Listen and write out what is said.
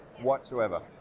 whatsoever